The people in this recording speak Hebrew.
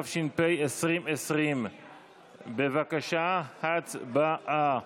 התש"ף 2020. בבקשה, הצבעה.